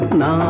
na